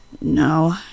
No